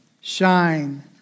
shine